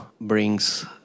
brings